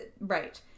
Right